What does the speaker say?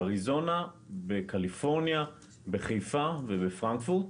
באריזונה, בקליפורניה, בחיפה ובפרנקפורט.